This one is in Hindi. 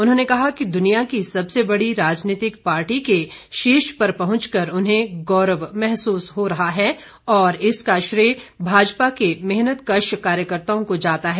उन्होंने कहा कि दुनिया की सबसे बड़ी राजनीतिक पार्टी के शीर्ष पर पहुंच कर उन्हें गौरव महसूस हो रहा है और इसका श्रेय भाजपा के मेहनतकश कार्यकर्त्ताओं को जाता है